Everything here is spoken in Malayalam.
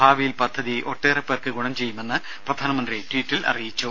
ഭാവിയിൽ പദ്ധതി ഒട്ടേറെ പേർക്ക് ഗുണം ചെയ്യുമെന്ന് പ്രധാനമന്ത്രി ട്വിറ്ററിൽ അറിയിച്ചു